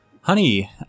Honey